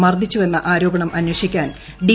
മർദിച്ചുവെന്ന ആരോപണം അന്വേഷിക്കാൻ ഡി